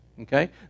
Okay